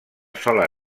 sola